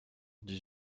dix